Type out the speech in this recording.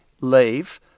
leave